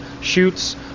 shoots